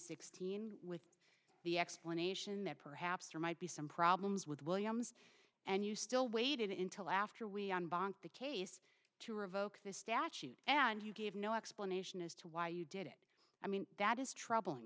sixteen with the explanation that perhaps there might be some problems with williams and you still waited until after we on the case to revoke the statute and you gave no explanation as to why you did it i mean that is troubling